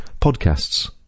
podcasts